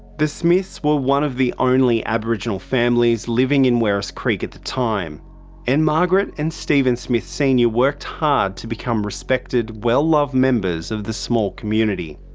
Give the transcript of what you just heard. the smiths were one of the only aboriginal families living in werris creek at the time and margaret and stephen smith senior worked hard to become respected, well-loved members of the small community.